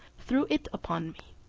threw it upon me.